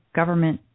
government